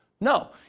No